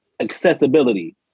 accessibility